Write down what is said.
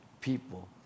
people